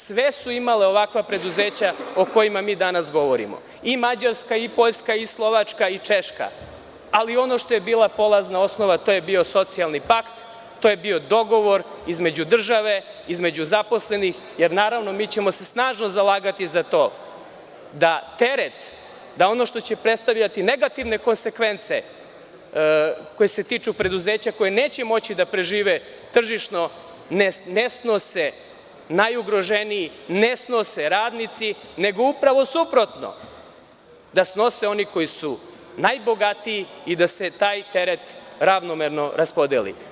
Sve su imale ovakva preduzeća o kojima mi danas govorimo, i Mađarska, i Poljska, i Slovačka, i Češka, ali ono što je bila polazna osnova, to je bio socijalni pakt, to je bio dogovor između države, između zaposlenih, jer, naravno, mi ćemo se snažno zalagati za to da teret, da ono što će predstavljati negativne konsekvence koje se tiču preduzeća, koje neće moći da prežive tržišno, ne snose najugroženiji, ne snose radnici, nego upravo suprotno, da snose oni koji su najbogatiji i da se taj teret ravnomerno raspodeli.